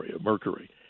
Mercury